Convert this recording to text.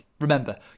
Remember